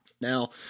Now –